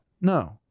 no